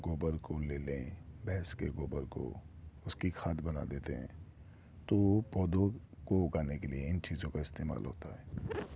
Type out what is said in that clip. گوبر کو لے لیں بھینس کے گوبر کو اس کی کھاد بنا دیتے ہیں تو پودوں کو اگانے کے لیے ان چیزوں کا استعمال ہوتا ہے